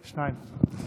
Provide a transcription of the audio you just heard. שניים.